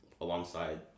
alongside